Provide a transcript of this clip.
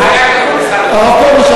הרב פרוש,